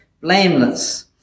blameless